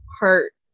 hurt